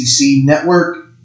Network